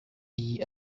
iyi